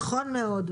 נכון מאוד,